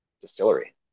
distillery